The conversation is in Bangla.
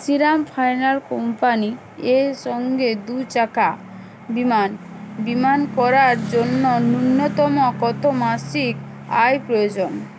শ্রীরাম ফাইনান্স কোম্পানি এর সঙ্গে দু চাকা বিমান বিমান করার জন্য নূন্যতম কত মাসিক আয়ের প্রয়োজন